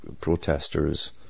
protesters